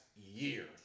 year